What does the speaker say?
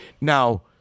Now